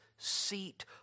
Seat